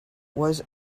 was